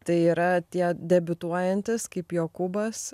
tai yra tie debiutuojantys kaip jokūbas